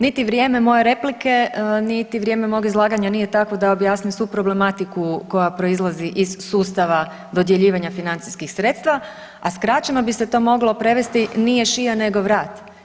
Niti vrijeme moje replike, niti vrijeme mog izlaganja nije takvo da objasni svu problematiku koja proizlazi iz sustava dodjeljivanja financijskim sredstava, a skraćeno bi se to moglo prevesti „nije šija nego vrat“